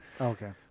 Okay